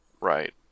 Right